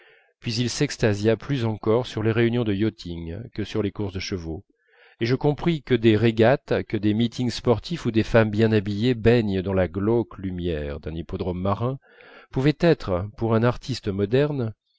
puis il s'extasia plus encore sur les réunions du yachting que sur les courses de chevaux et je compris que des régates que des meetings sportifs où des femmes bien habillées baignent dans la glauque lumière d'un hippodrome marin pouvaient être pour un artiste moderne